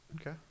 okay